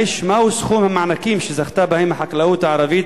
5. מהו סכום המענקים שזכתה בהם החקלאות הערבית